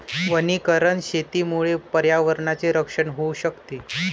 वनीकरण शेतीमुळे पर्यावरणाचे रक्षण होऊ शकते